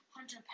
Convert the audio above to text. Hunter